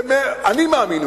אני מאמין,